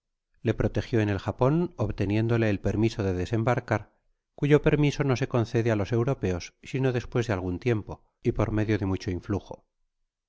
le protegio en el japon obteniéndole el per miso de desembarcar cuyo permiso no se concede á los europeos sino despues de algua tiempo y por medio de mucho influjo